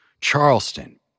Charleston